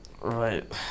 right